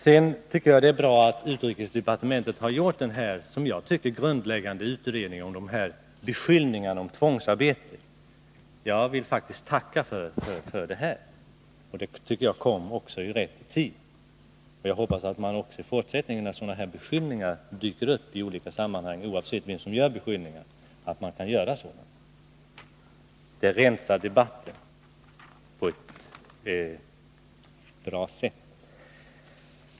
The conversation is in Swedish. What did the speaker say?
Det är bra att utrikesdepartementet har gjort denna — enligt min mening — grundläggande utredning av beskyllningarna vad gäller tvångsarbete. Jag vill faktiskt tacka för den utredningen, som också kom vid rätt tidpunkt. Jag hoppas att man också i fortsättningen, när sådana här beskyllningar dyker upp i olika sammanhang, — oavsett vem som framställer beskyllningarna — kan göra sådana utredningar. Det rensar debatten på ett bra sätt.